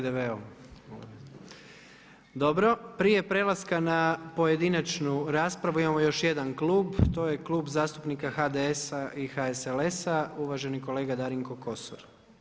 Dobro, prije prelaska na pojedinačnu raspravu imamo još jedan klub, to je Klub zastupnika HDS-a i HSLS-a, uvaženi kolega Darinko Kosor.